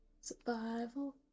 survival